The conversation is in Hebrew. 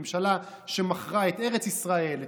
ממשלה שמכרה את ארץ ישראל,